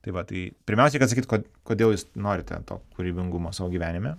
tai va tai pirmiausia reikia atsakyt ko kodėl jūs norit ten to kūrybingumo savo gyvenime